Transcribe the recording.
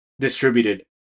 distributed